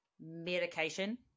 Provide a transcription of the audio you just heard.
Medication